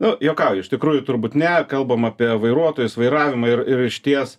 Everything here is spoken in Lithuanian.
nu juokauju iš tikrųjų turbūt ne kalbam apie vairuotojus vairavimą ir išties